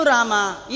Rama